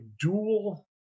dual